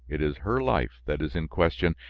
it is her life that is in question,